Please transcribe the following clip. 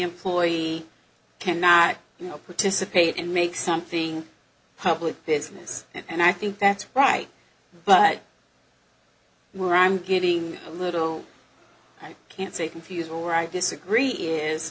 employee cannot you know participate and make something public business and i think that's right but we're i'm getting a little i can't say confuse or i disagree is